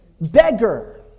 beggar